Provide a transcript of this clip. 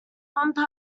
once